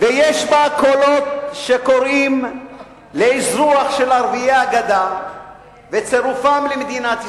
ויש בה קולות שקוראים לאזרוח של ערביי הגדה וצירופם למדינת ישראל.